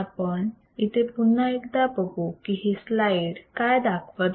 आपण इथे पुन्हा एकदा बघू की ही स्लाईड काय दाखवत आहे